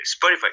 Spotify